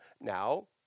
Now